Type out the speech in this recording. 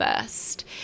first